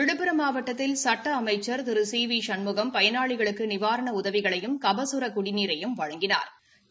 விழுப்புரம் மாவட்டத்தில் சட்ட அமைச்ச் திரு சி வி சண்முகம் பயனாளிகளுக்கு நிவாரண உதவிகளையும் கபசுர குடிநீரையும் வழங்கினாா்